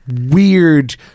weird